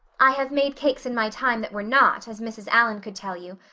i have made cakes in my time that were not, as mrs. allan could tell you,